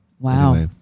Wow